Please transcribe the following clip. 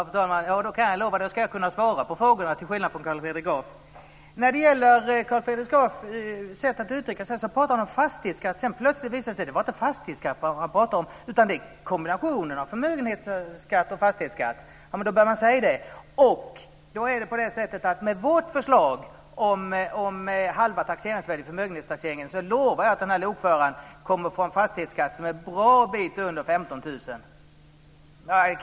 Fru talman! Jag lovar att jag, till skillnad från Carl Fredrik Graf, kommer att kunna svara på frågorna. När det gäller Carl Fredrik Grafs sätt att uttrycka sig pratar han om fastighetsskatt. Sedan visar det sig plötsligt att han inte pratade om fastighetsskatt utan kombinationen av förmögenhetsskatt och fastighetsskatt. Det är bra om man säger det. Med vårt förslag om halva taxeringsvärdet i förmögenhetstaxeringen lovar jag att lokföraren kommer att få en fastighetsskatt som är en bra bit under 15 000 kr.